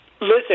listen